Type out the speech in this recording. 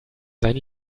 sein